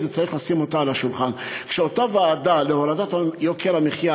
וצריך לשים אותה על השולחן: כשאותה ועדה להורדת יוקר המחיה